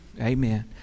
Amen